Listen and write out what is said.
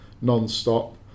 non-stop